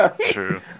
True